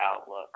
outlook